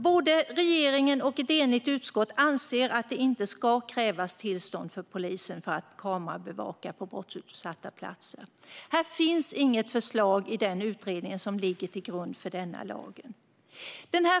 Både regeringen och ett enigt utskott anser att det inte ska krävas tillstånd för polisen för att kamerabevaka på brottsutsatta platser. Här finns inget förslag i den utredning som ligger till grund för lagen.